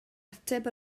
ateb